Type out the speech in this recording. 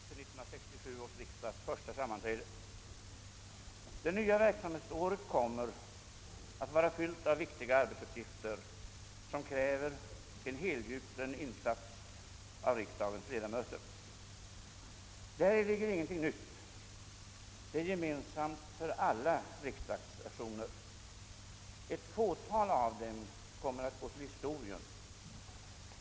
Ärade kammarledamöter! Enligt riksdagsordningens bestämmelser har jag att hälsa er välkomna till 1967 års riksdags första sammanträde. Det nya verksamhetsåret kommer att vara fyllt av viktiga arbetsuppgifter, som kräver en helgjuten insats av riksdagens ledamöter. Däri ligger ingenting nytt; det är gemensamt för alla riksdagssessioner. Ett fåtal av dem kommer att gå till historien.